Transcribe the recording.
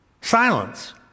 Silence